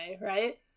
right